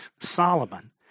Solomon